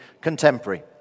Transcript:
contemporary